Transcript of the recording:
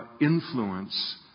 influence